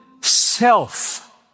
self